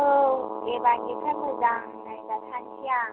औ एबारनिफ्राय मोजां नायजाखानोसै आं